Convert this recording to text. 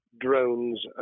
drones